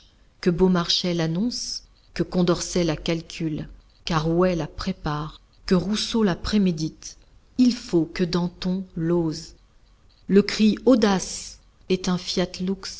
que beaumarchais l'annonce que condorcet la calcule qu'arouet la prépare que rousseau la prémédite il faut que danton l'ose le cri audace est un fiat